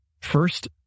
First